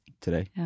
today